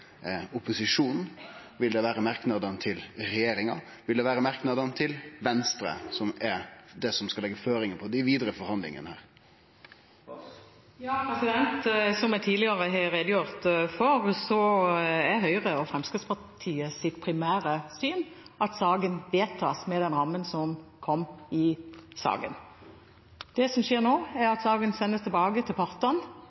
opposisjonen? Vil det vere merknadene til regjeringspartia? Eller vil det vere merknadene til Venstre som er det som skal leggje føringar på dei vidare forhandlingane? Som jeg tidligere har redegjort for, er Høyre og Fremskrittspartiets primære syn at saken vedtas med den ramma som kom i saken. Det som skjer nå, er